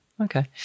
Okay